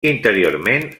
interiorment